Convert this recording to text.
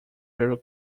very